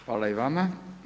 Hvala i vama.